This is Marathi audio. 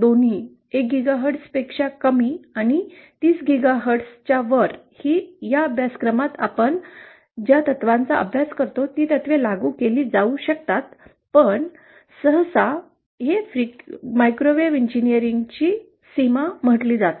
दोन्ही 1 गीगाहर्ट्झपेक्षा कमी आणि 30 गीगाहर्ट्झच्या वर ही या अभ्यासक्रमात आपण ज्या तत्त्वांचा अभ्यास करतो ती तत्त्वे लागू केली जाऊ शकतात पण सहसा हे मायक्रोवेव्ह इंजिनीअरिंगची सीमा मानले जाते